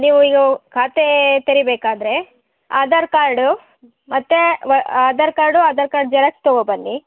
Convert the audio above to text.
ನೀವು ಈಗ ಖಾತೆ ತೆರಿಬೇಕಾದರೆ ಆಧಾರ್ ಕಾರ್ಡು ಮತ್ತೆ Aadhaar card Aadhaar card xerox ತಗೊಬನ್ನಿ